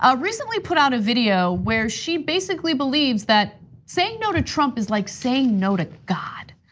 ah recently put out a video where she basically believes that saying no to trump is like saying no to god.